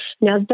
Now